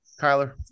Kyler